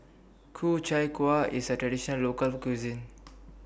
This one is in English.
Ku Chai Kueh IS A Traditional Local Cuisine